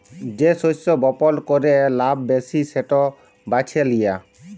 যে শস্য বপল ক্যরে লাভ ব্যাশি সেট বাছে লিয়া